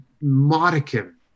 modicum